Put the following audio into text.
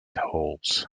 holes